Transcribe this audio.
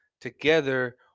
together